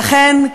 והיא אכן,